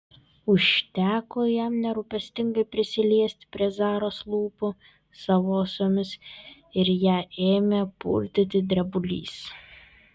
užteko jam nerūpestingai prisiliesti prie zaros lūpų savosiomis ir ją ėmė purtyti drebulys